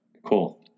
Cool